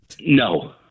No